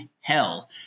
hell